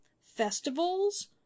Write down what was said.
festivals